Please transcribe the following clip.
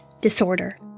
disorder